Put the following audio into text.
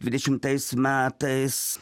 dvidešimtais metais